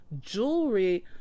jewelry